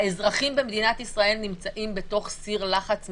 האזרחים במדינת ישראל נמצאים בתוך סיר לחץ מטורף,